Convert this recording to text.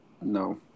No